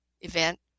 event